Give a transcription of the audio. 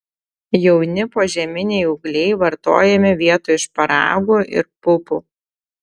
jauni požeminiai ūgliai vartojami vietoj šparagų ir pupų